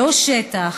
לא שטח,